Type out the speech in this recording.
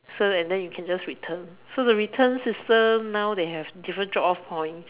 so and then you can just return so the return system now they have different drop off points